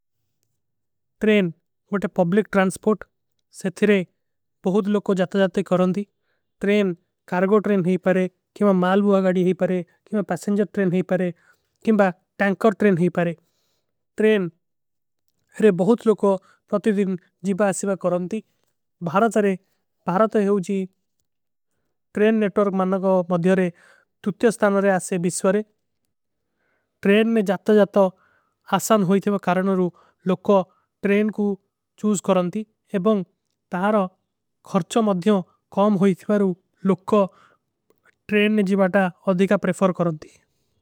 ଟ୍ରେନ ଵୋ ତେ public transport ସେ ଥିରେ ବହୁତ ଲୋଗୋଂ। ଜାତା ଜାତେ କରଂଦୀ ଟ୍ରେନ କାରଗୋ ଟ୍ରେନ ହୀ ପରେ କୀମା। ମାଲ ଭୂଆ ଗାଡୀ ହୀ ପରେ କୀମା ପୈସେଂଜର ଟ୍ରେନ ହୀ ପରେ। କୀମା ଟୈଂକର ଟ୍ରେନ ହୀ ପରେ ଟ୍ରେନ କାରଗୋ ଟ୍ରେନ ହୀ ପରେ କୀମା। ମାଲ ଭୂଆ ଗାଡୀ ହୀ ପରେ କୀମା ପୈସେଂଜର ଟ୍ରେନ ହୀ ପରେ।